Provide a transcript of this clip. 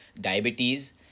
diabetes